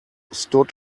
stood